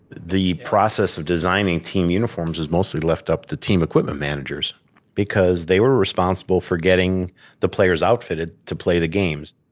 the process of designing team uniforms was mostly left up to team equipment managers because they were responsible for getting the players outfitted to play the games.